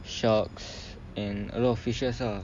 sharks and a lot of fishes ah